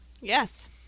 Yes